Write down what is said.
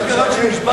מה קרה שנשברת,